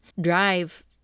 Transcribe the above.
drive